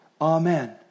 Amen